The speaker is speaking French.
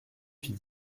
fit